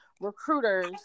recruiters